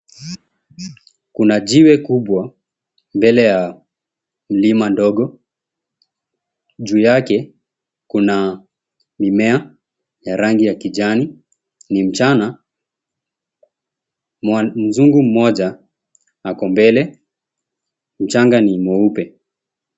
Kuna jiwe kubwa, mbele ya mlima ndogo. Juu yake, kuna mimea ya rangi ya kijani. Ni mchana. Mzungu mmoja ako mbele. Mchanga ni mweupe.